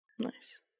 Nice